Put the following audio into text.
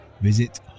visit